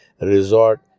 resort